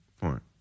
point